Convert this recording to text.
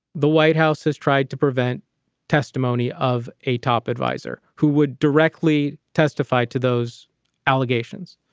the white house has tried to prevent testimony of a top adviser who would directly testify to those allegations.